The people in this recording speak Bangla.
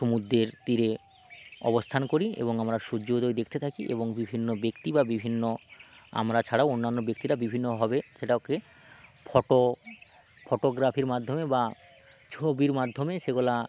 সমুদ্রের তীরে অবস্থান করি এবং আমরা সূর্য উদয় দেখতে থাকি এবং বিভিন্ন ব্যক্তি বা বিভিন্ন আমরা ছাড়াও অন্যান্য ব্যক্তিরা বিভিন্নভাবে সেটাকে ফটো ফটোগ্রাফির মাধ্যমে বা ছবির মাধ্যমে সেগুলা